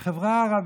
אז "החברה הערבית".